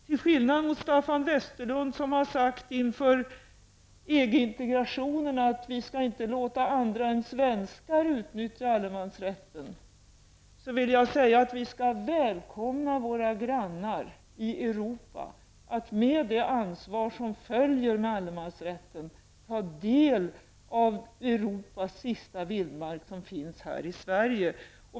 Till skillnad mot Staffan Westerlund, som inför EG-integrationen har sagt att vi skall inte låta andra än svenskar utnyttja allemansrätten, vill jag säga att vi skall välkomna våra grannar i Europa att, med det ansvar som följer med allemansrätten, ta del av Europas sista vildmark som finns här i Sverige.